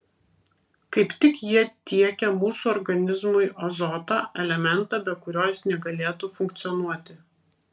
kaip tik jie tiekia mūsų organizmui azotą elementą be kurio jis negalėtų funkcionuoti